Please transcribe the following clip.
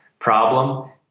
Problem